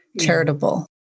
charitable